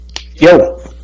Yo